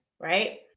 right